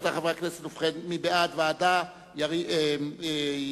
מי בעד ועדת החינוך, נא להצביע.